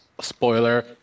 spoiler